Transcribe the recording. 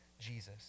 Jesus